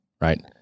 right